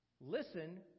Listen